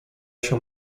się